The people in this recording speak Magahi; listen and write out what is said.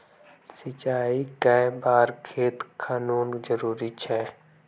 सिंचाई कै बार खेत खानोक जरुरी छै?